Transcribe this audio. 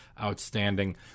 outstanding